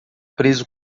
preso